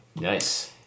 Nice